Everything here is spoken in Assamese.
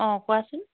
অঁ কোৱাচোন